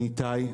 אני איתי,